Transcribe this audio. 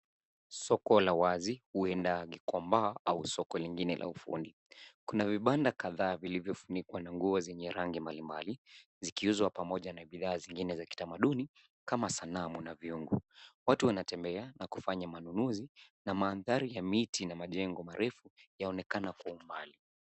Soko la wazi huenda gikomba au soko lingine la ufundi kuna vibanda kadhaa vilivyofunikwa na nguo za rangi mbalimbali zikiuzwa na bidhaa zingine za kitamaduni kama sanamu na viungo watu wanatembea na kufanya manununuzi na mandhari ya miti na majengo refu yaonekana kwa umbali.